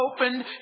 opened